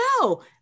no